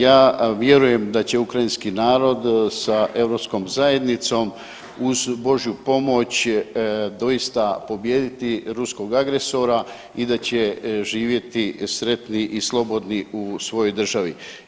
Ja vjerujem da će ukrajinski narod sa europskom zajednicom uz Božju pomoć doista pobijediti ruskog agresora i da će živjeti sretni i slobodni u svojoj državi.